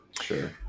Sure